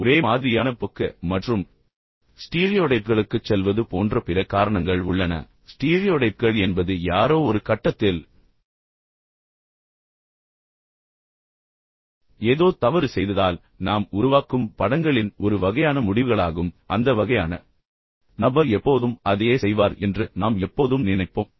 ஒரே மாதிரியான போக்கு மற்றும் ஸ்டீரியோடைப்களுக்குச் செல்வது போன்ற பிற காரணங்கள் உள்ளன ஸ்டீரியோடைப்கள் என்பது யாரோ ஒரு கட்டத்தில் ஏதோ தவறு செய்ததால் நாம் உருவாக்கும் படங்களின் ஒரு வகையான முடிவுகளாகும் அந்த வகையான நபர் எப்போதும் அதையே செய்வார் என்று நாம் எப்போதும் நினைப்போம்